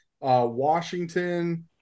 Washington